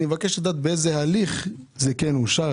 אני מבקש לדעת באיזה הליך זה אושר,